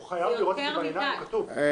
הוא חייב לראות את זה בעיניים, כתוב.